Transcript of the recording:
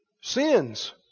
Sins